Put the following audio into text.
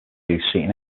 seating